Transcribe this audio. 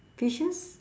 fishes